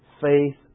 faith